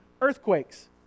earthquakes